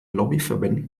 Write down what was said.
lobbyverbänden